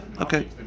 okay